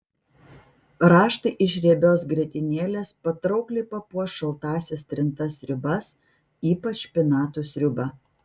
raštai iš riebios grietinėlės patraukliai papuoš šaltąsias trintas sriubas ypač špinatų sriubą